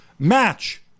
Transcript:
Match